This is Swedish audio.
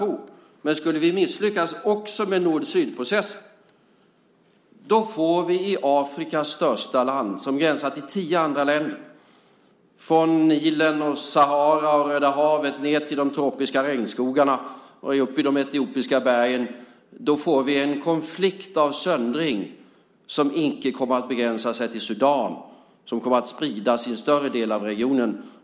Men om vi skulle misslyckas också med nord-syd-processen, då får vi i Afrikas största land, som gränsar till tio andra länder, från Nilen, Sahara och Röda havet ned till de tropiska regnskogarna och upp i de etiopiska bergen, en konflikt med söndring som icke kommer att begränsa sig till Sudan utan som kommer att spridas till en större del av regionen.